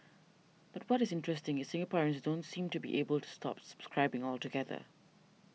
but what is interesting is Singaporeans don't seem to be able to stop subscribing altogether